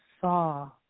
saw